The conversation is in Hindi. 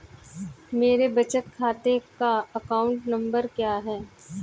मेरे बचत खाते का अकाउंट नंबर क्या है?